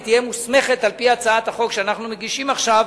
והיא תהיה מוסמכת על-פי הצעת החוק שאנחנו מגישים עכשיו